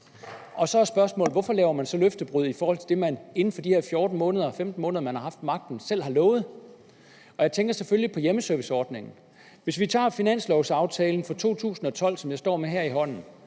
og så er spørgsmålet: Hvorfor laver man så løftebrud i forhold til det, man inden for de her 14 måneder eller 15 måneder, hvor man har haft magten, selv har lovet? Jeg tænker selvfølgelig på hjemmeserviceordningen. Hvis vi tager finanslovaftalen for 2012, som jeg står med her i hånden,